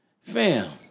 fam